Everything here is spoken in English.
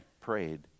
prayed